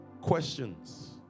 Questions